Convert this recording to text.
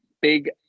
big